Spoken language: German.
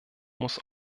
muss